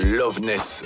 loveness